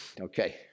okay